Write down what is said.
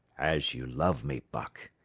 as you love me, buck.